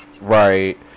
right